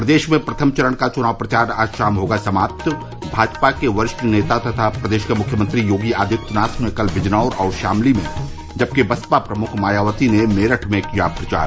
प्रदेश में प्रथम चरण का चुनाव प्रचार आज शाम होगा समाप्त भाजपा के वरिष्ठ नेता तथा प्रदेश के मुख्यमंत्री योगी आदित्यनाथ ने कल बिजनौर और शामली में जबकि बसपा प्रमुख मायावती ने मेरठ में किया प्रचार